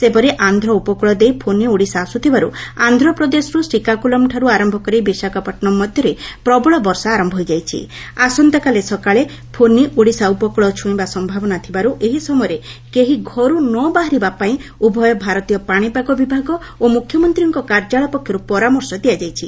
ସେହିପରି ଆନ୍ଧ ଉପକୁଳ ଦେଇ ଫୋନି ଓଡିଶା ଆସ୍ବଥିବାରୁ ଆନ୍ଧ ପ୍ରଦେଶରୁ ଶ୍ରୀକାକୁଲମଠାରୁ ଆର ପ୍ରବଳ ବର୍ଷା ଆର ଆସନ୍ତାକାଲି ସକାଳେ ଫୋନି ଓଡିଶା ଉପକୁଳ ଛୁଇଁବା ସନ୍ତାବନା ଥିବାରୁ ଏହି ସମୟରେ କେହି ଘରୁ ନ ବାହାରିବା ପାଇଁ ଉଭୟ ଭାରତୀୟ ପାଶିପାଗ ବିଭାଗ ଓ ମୁଖ୍ୟମନ୍ତୀଙ୍କ କାର୍ଯ୍ୟାଳୟ ପକ୍ଷର୍ଠ ପରାମର୍ଶ ଦିଆଯାଇଛି